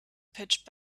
pitch